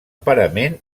parament